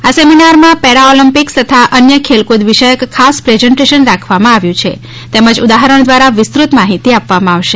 આ સેમિનાર માં પેરાઓલિમ્પિક્સ તથા અ ન્ય ખેલફ્નદ વિષયક ખાસ પ્રેસેંટેશન રાખવામાં આવેલ છે તેમજ ઉદાહરણ દ્વારા વિસ્તૃત માહિતી આપવામાં આવશે